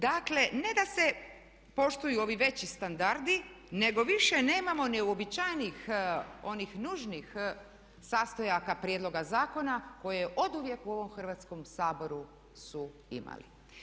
Dakle, ne da se poštuju ovi veći standardi, nego više nemamo ni uobičajenih onih nužnih sastojaka prijedloga zakona koje oduvijek u ovom Hrvatskom saboru su imali.